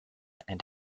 and